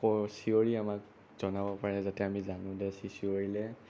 চিঞৰি আমাক জনাব পাৰে যাতে আমি জানোঁ যে সি চিঞৰিলে